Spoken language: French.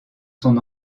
son